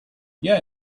yeah